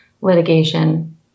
litigation